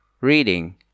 reading